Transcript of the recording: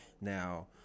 now